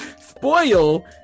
spoil